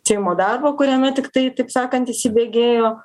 seimo darbo kuriame tiktai taip sakant įsibėgėjo